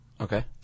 Okay